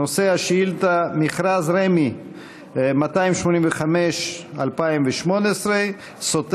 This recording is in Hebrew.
נושא השאילתה: מכרז רמ"י 285/2018 סותר